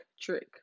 Trick